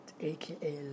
aka